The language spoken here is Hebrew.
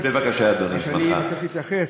ואני תכף אתייחס